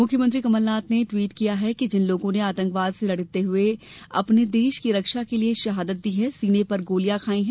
मुख्यमंत्री कमल नाथ ने टवीट किया कि जिन लोगों ने आतंकवाद से लड़ते हुए अपने देश की रक्षा के लिये शहादत दी है सीने पर गोलियाँ खायी है